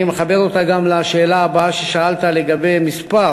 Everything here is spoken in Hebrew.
אני מכוון זאת גם לשאלה הבאה ששאלת לגבי מספר